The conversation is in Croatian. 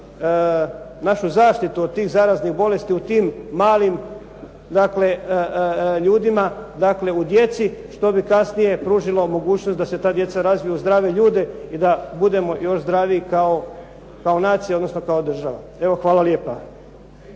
našu zaštitu od tih zaraznih bolesti u tim malim ljudima, dakle u djeci, što bi kasnije pružilo mogućnost da se ta djeca razviju u zdrave ljude i da budemo još zdraviji kao nacija, odnosno kao država. Evo, hvala lijepa.